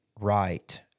right